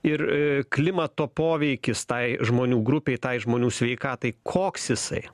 ir klimato poveikis tai žmonių grupei tai žmonių sveikatai koks jisai